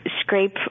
scrape